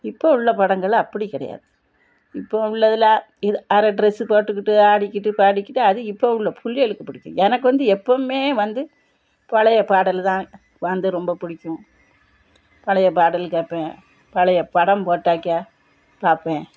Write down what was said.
இப்போ உள்ள படங்கள் அப்படி கிடையாது இப்போ உள்ளதில் இது அரை ட்ரெஸ்ஸு போட்டுக்கிட்டு ஆடிக்கிட்டு பாடிக்கிட்டு அது இப்போ உள்ள பிள்ளைகளுக்கு பிடிக்கும் எனக்கு வந்து எப்போவுமே வந்து பழைய பாடல் தான் வந்து ரொம்ப பிடிக்கும் பழைய பாடல் கேட்பேன் பழைய படம் போட்டாக்கா பார்ப்பேன்